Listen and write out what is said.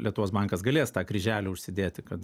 lietuvos bankas galės tą kryželį užsidėti kad